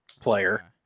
player